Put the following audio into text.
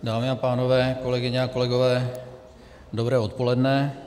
Dámy a pánové, kolegyně a kolegové, dobré odpoledne.